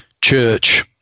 church